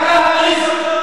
הכהניסט,